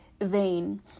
Vain